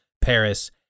paris